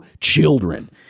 children